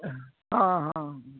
हँ हँ